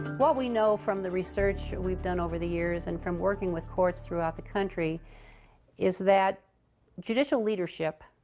what we know from the research we've done over the years and from working with courts throughout the country is that judicial leadership,